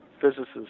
physicists